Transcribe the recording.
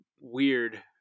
weird